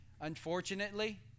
Unfortunately